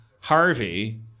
Harvey